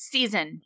Season